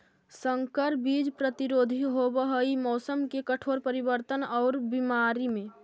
संकर बीज प्रतिरोधी होव हई मौसम के कठोर परिवर्तन और बीमारी में